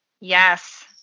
Yes